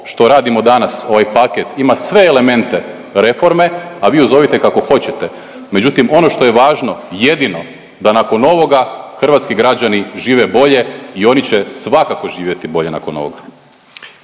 što radimo danas ovaj paket ima sve elemente reforme, a vi ju zovite kako hoćete. Međutim, ono što je važno jedino da nakon ovoga hrvatski građani žive bolje i oni će svakako živjeti bolje nakon ovoga.